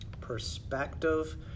perspective